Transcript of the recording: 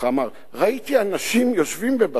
אמר: ראיתי אנשים יושבים בבתי-קפה.